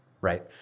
right